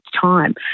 time